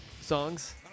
songs